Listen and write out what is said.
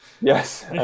Yes